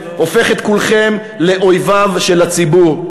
הופך את כולכם לאויביו של הציבור,